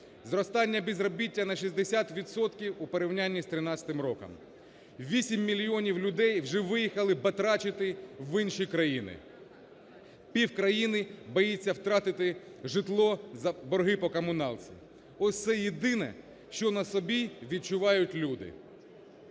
Зростання безробіття на 60 відсотків у порівнянні з 2013 роком. 8 мільйонів людей вже виїхали батрачити в інші країні. Півкраїни боїться втратити житло за борги по комуналці. Ось це єдине, що на собі відчувають люди.